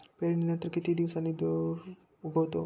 पेरणीनंतर किती दिवसांनी तूर उगवतो?